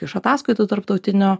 iš ataskaitų tarptautinių